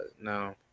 no